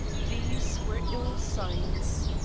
these were ill signs.